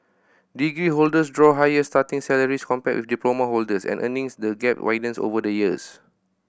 degree holders draw higher starting salaries compared with diploma holders and the earnings gap widens over the years